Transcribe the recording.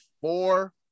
four